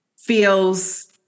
feels